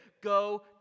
go